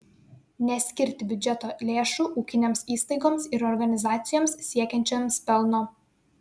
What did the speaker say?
neskirti biudžeto lėšų ūkinėms įstaigoms ir organizacijoms siekiančioms pelno